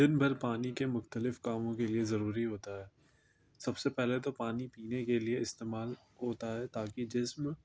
دن بھر پانی کے مختلف کاموں کے لیے ضروری ہوتا ہے سب سے پہلے تو پانی پینے کے لیے استعمال ہوتا ہے تاکہ جسم